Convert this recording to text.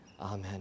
Amen